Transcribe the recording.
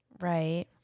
Right